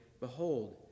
Behold